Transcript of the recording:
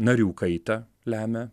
narių kaitą lemia